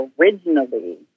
originally